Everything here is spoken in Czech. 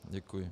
Děkuji.